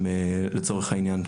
לצורך העניין,